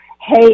hey